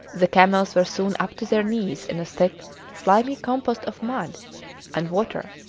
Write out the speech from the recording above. the camels were soon up to their knees in a thick slimy compost of mud and water,